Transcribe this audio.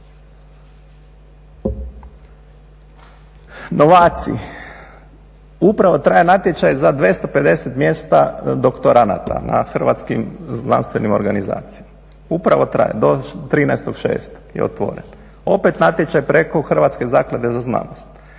Novaci, upravo traje natječaj za 250 mjesta doktoranata na hrvatskim znanstvenim organizacijama, upravo traje do 13.06. je otvoren opet natječaj preko Hrvatske zaklade za znanost.